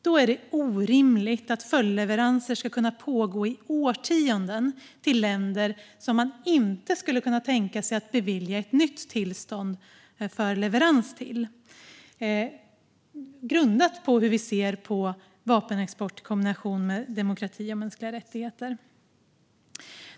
Då är det orimligt att följdleveranser ska kunna pågå i årtionden till länder om man inte skulle kunna tänka sig att bevilja ett nytt tillstånd för leverans till dessa länder utifrån hur vi ser på vapenexport i kombination med demokrati och mänskliga rättigheter.